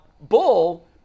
bull